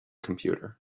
computer